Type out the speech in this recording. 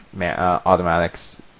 automatics